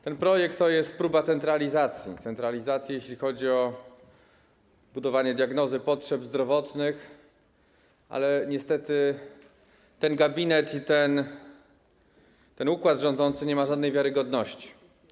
Ten projekt to jest próba centralizacji, jeśli chodzi o budowanie diagnozy potrzeb zdrowotnych, ale niestety ten gabinet i ten układ rządzący nie ma żadnej wiarygodności.